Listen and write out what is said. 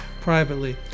privately